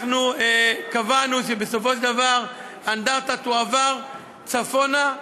קבענו בסופו של דבר שהאנדרטה תועבר צפונה,